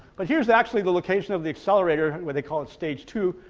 but here's actually the location of the accelerator where they call it stage two,